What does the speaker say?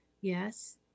Yes